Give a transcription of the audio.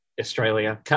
Australia